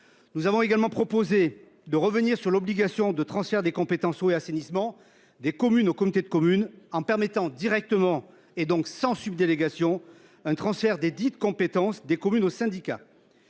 Nous avons également proposé de revenir sur l’obligation de transfert des compétences eau et assainissement des communes aux communautés de communes, en autorisant un transfert direct et, donc, sans subdélégation desdites compétences des communes aux syndicats.